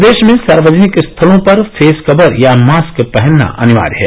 प्रदेश में सार्वजनिक स्थलों पर फेस कवर या मास्क पहनना अनिवार्य है